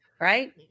Right